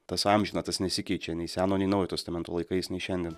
tas amžina tas nesikeičia nei seno nei naujo testamento laikais nei šiandien